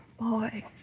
Boy